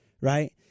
right